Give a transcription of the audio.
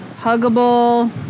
Huggable